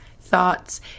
thoughts